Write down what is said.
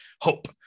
hope